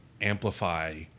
amplify